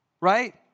right